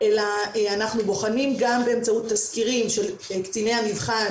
אלא אנחנו בוחנים גם באמצעות תסקירים של קציני המבחן